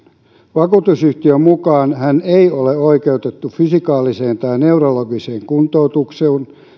vakuutusyhtiön mukaan hän ei ole oikeutettu fysikaaliseen tai neurologiseen kuntoutukseen